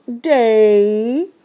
day